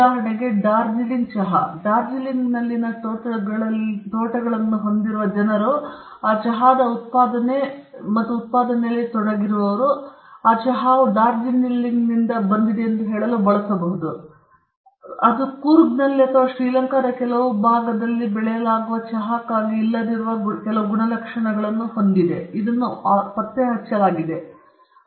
ಉದಾಹರಣೆಗೆ ಡಾರ್ಜಿಲಿಂಗ್ ಚಹಾ ಡಾರ್ಜಿಲಿಂಗ್ನಲ್ಲಿನ ತೋಟಗಳನ್ನು ಹೊಂದಿರುವ ಜನರು ಮತ್ತು ಚಹಾದ ಉತ್ಪಾದನೆ ಮತ್ತು ಉತ್ಪಾದನೆಯಲ್ಲಿ ನಿಜವಾಗಿ ಯಾರು ಈ ಚಹಾವು ಡಾರ್ಜಿಲಿಂಗ್ನಿಂದ ಬಂದಿದೆ ಎಂದು ಹೇಳಲು ಬಳಸಬಹುದು ಏಕೆಂದರೆ ಡಾರ್ಜಿಲಿಂಗ್ ಚಹಾ ಅದು ಕೂರ್ಗ್ನಲ್ಲಿ ಅಥವಾ ಶ್ರೀಲಂಕಾದ ಕೆಲವು ಭಾಗಗಳಲ್ಲಿ ಬೆಳೆಯಲಾಗುವ ಚಹಾಕ್ಕಾಗಿ ಇಲ್ಲದಿರುವ ಕೆಲವು ಗುಣಲಕ್ಷಣಗಳನ್ನು ಹೊಂದಿರುವ ಪತ್ತೆಹಚ್ಚಲಾಗಿದೆ ಅದು ಇಲ್ಲ